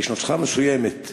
נוסחה מסוימת?